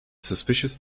suspicious